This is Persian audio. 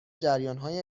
جریانهای